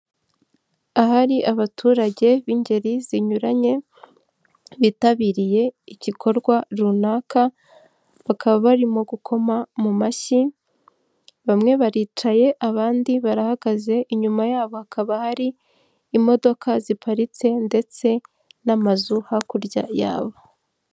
Ahari abaturage b'ingeri zinyuranye bitabiriye igikorwa runaka, bakaba barimo gukoma mu mashyi, bamwe baricaye abandi barahagaze, inyuma yabo hakaba hari imodoka ziparitse ndetse n'amazu hakurya yabo.